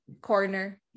corner